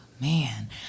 man